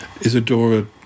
Isadora